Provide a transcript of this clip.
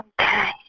Okay